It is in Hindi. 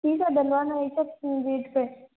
शीशा डलवाना है क्या गेट पर